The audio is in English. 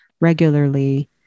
regularly